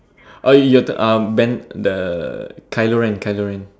oh your turn uh Ben the Kyler-Rent Kyler-Rent